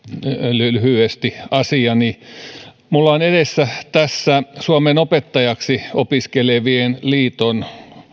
lyhyesti asiani minulla on edessäni tässä suomen opettajaksi opiskelevien liiton